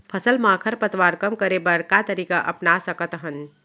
फसल मा खरपतवार कम करे बर का तरीका अपना सकत हन?